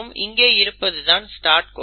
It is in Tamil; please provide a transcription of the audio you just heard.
மற்றும் இங்கே இருப்பதுதான் ஸ்டார்ட் கோடன்